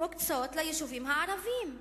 מוקצים ליישובים הערביים,